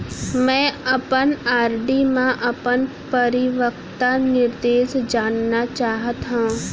मै अपन आर.डी मा अपन परिपक्वता निर्देश जानना चाहात हव